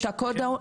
קודם.